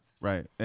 Right